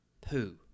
Poo